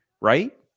right